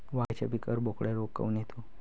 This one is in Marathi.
वांग्याच्या पिकावर बोकड्या रोग काऊन येतो?